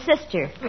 sister